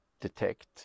detect